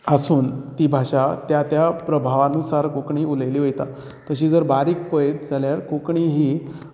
आसून ती भाशा त्या त्या प्रभावानूसार कोंकणी उलयली वता तशीं जर बारीक पळयत जाल्यार कोंकणी ही